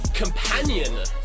Companion